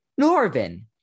Norvin